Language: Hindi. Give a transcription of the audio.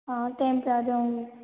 हाँ टाइम पे आ जाएंगे